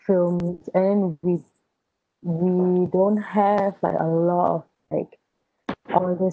film and then we we don't have like a lot of like all this